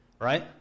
right